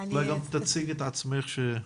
תציגי את עצמך.